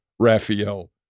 Raphael